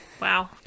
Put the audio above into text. Wow